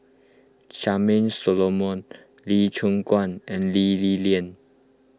Charmaine Solomon Lee Choon Guan and Lee Li Lian